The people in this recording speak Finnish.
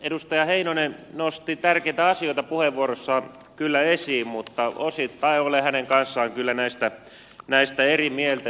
edustaja heinonen nosti tärkeitä asioita puheenvuorossaan kyllä esiin mutta osittain olen hänen kanssaan näistä kyllä eri mieltä